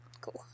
cool